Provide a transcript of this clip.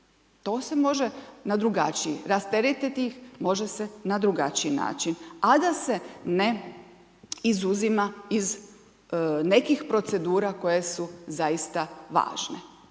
To se može na drugačiji rasteretiti ih može se na drugačiji način, a da se ne izuzima iz nekih procedura koje su zaista važne.